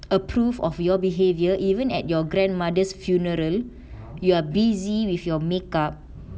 approve of your behaviour even at your grandmother's funeral you are busy with your makeup